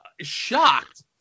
shocked